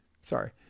Sorry